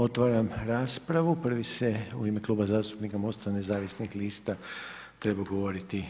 Otvaram raspravu, prvi se u ime kluba Mosta nezavisnih lista treba govoriti